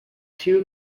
two